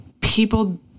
people